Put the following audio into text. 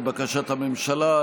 לבקשת הממשלה.